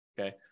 okay